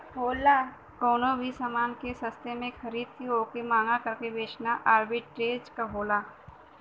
कउनो भी समान के सस्ते में खरीद के वोके महंगा करके बेचना आर्बिट्रेज होला